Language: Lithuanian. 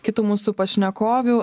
kitų mūsų pašnekovių